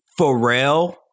Pharrell